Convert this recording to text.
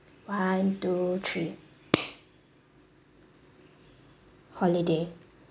one two three holiday